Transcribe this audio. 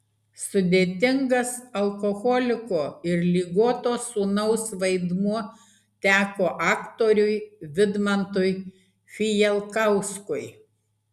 sudėtingas alkoholiko ir ligoto sūnaus vaidmuo teko aktoriui vidmantui fijalkauskui